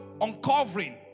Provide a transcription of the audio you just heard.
uncovering